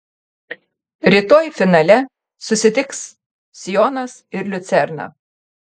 rytoj finale susitiks sionas ir liucerna